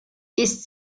ist